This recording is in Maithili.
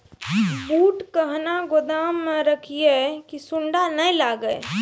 बूट कहना गोदाम मे रखिए की सुंडा नए लागे?